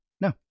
No